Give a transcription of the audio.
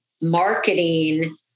marketing